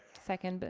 second. but